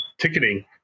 ticketing